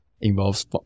involves